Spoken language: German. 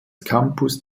campus